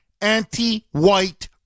anti-white